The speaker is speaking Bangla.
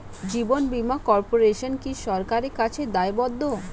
জীবন বীমা কর্পোরেশন কি সরকারের কাছে দায়বদ্ধ?